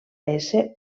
ésser